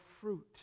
fruit